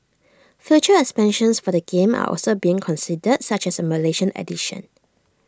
future expansions for the game are also being considered such as A Malaysian edition